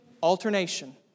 alternation